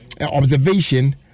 observation